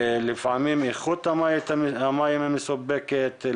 לפעמים על איכות המים המסופקת,